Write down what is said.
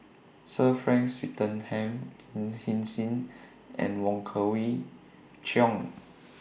Sir Frank Swettenham Lin Hsin Hsin and Wong Kwei Cheong